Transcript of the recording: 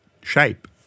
shape